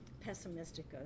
pessimistic